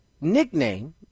nickname